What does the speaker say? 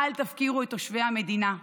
אל תפקירו את תושבי המדינה.